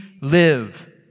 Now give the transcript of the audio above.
live